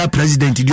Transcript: President